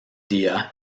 día